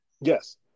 Yes